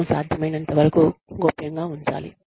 మనము సాధ్యమైనంత వరకు గోప్యం గా ఉంచాలి